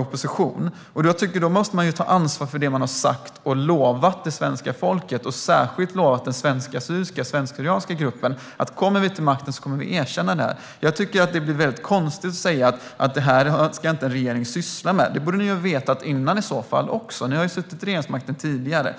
oppositionen. Då tycker jag att man måste ta ansvar för det som man har sagt och lovat svenska folket, och särskilt lovat den svensk-syrianska gruppen, nämligen att om man kommer till makten kommer man att erkänna detta. Jag tycker att det blir mycket konstigt när man säger att en regering inte ska syssla med detta. Det borde ni ha vetat tidigare också. Ni har ju suttit vid regeringsmakten tidigare.